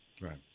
Right